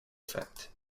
effect